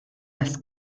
las